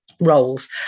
roles